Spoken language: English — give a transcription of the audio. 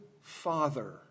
father